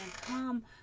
come